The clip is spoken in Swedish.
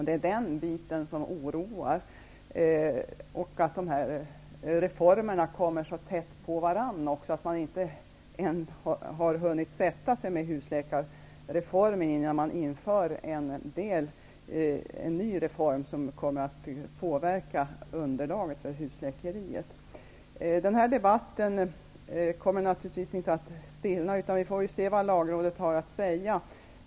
Det är detta som oroar och det faktum att dessa reformer kommer så tätt inpå varandra att man ännu inte har hunnit verkställa husläkarreformen innan det införs en ny reform som kommer att påverka underlaget för husläkeriet. Denna debatt kommer naturligtvis inte att stillna, utan vi får se vad lagrådet har att säga.